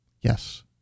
Yes